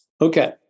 Okay